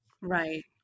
Right